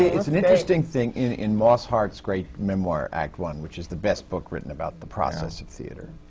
it's an interesting thing, in in moss hart's great memoir, act one, which is the best book written about the process of theatre.